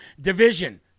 division